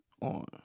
on